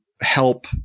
help